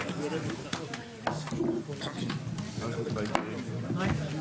ננעלה בשעה 10:22.